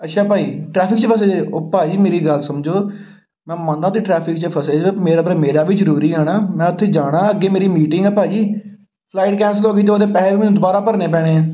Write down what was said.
ਅੱਛਾ ਭਾਅ ਜੀ ਟਰੈਫਿਕ 'ਚ ਫਸੇ ਜੇ ਹੋ ਭਾਅ ਜੀ ਮੇਰੀ ਗੱਲ ਸਮਝੋ ਮੈਂ ਮੰਨਦਾ ਤੁਸੀਂ ਟਰੈਫਿਕ 'ਚ ਫਸੇ ਜੇ ਮੇਰਾ ਭਰਾ ਮੇਰਾ ਵੀ ਜ਼ਰੂਰੀ ਜਾਣਾ ਮੈਂ ਉੱਥੇ ਜਾਣਾ ਅੱਗੇ ਮੇਰੀ ਮੀਟਿੰਗ ਆ ਭਾਅ ਜੀ ਫਲਾਈਟ ਕੈਂਸਲ ਹੋ ਗਈ ਤਾਂ ਉਹਦੇ ਪੈਸੇ ਵੀ ਮੈਨੂੰ ਦੁਬਾਰਾ ਭਰਨੇ ਪੈਣੇ ਹੈ